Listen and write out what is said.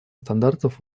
стандартов